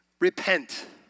Repent